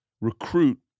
Recruit